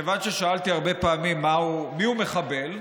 כיוון ששאלתי הרבה פעמים מיהו מחבל,